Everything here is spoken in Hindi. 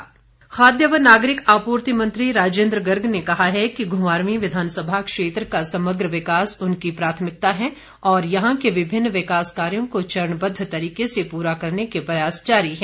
राजेन्द्र गर्ग खाद्य व नागरिक आपूर्ति मंत्री राजेन्द्र गर्ग ने कहा है कि घुमारवीं विधानसभा क्षेत्र का समग्र विकास उनकी प्राथमिकता है और यहां के विभिन्न विकास कार्यों को चरणबद्ध तरीके से पूरा करने के प्रयास जारी है